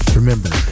remember